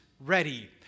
ready